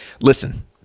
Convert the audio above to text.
listen